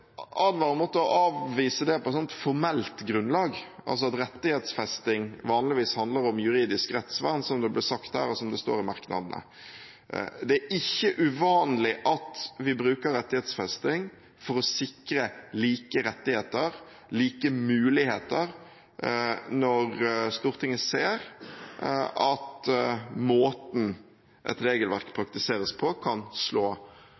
å avvise det på et formelt grunnlag, altså at rettighetsfesting vanligvis handler om juridisk rettsvern, som det ble sagt her, og som det står i merknadene. Det er ikke uvanlig at vi bruker rettighetsfesting for å sikre like rettigheter og like muligheter når Stortinget ser at måten et regelverk praktiseres på, kan slå